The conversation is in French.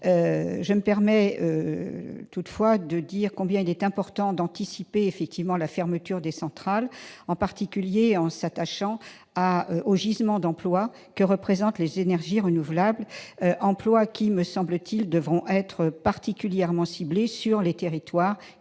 Je me permets toutefois de souligner combien il est important d'anticiper la fermeture des centrales, en particulier en s'attachant au gisement d'emplois que représentent les énergies renouvelables. Ces emplois devront, me semble-t-il, être particulièrement ciblés sur les territoires qui seront